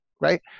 Right